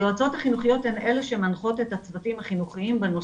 היועצות החינוכיות הן אלה שמנחות את הצוותים החינוכיים בנושא.